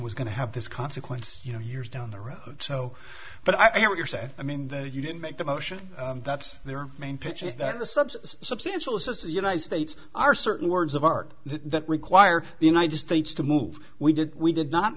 was going to have this consequence you know years down the road so but i hear what you're saying i mean that you didn't make the motion that's their main pitch is that the sub's substantial says the united states are certain words of art that require the united states to move we did we did not